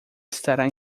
estará